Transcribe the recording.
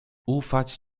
ufać